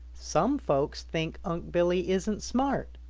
some folks think unc' billy isn't smart,